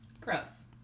Gross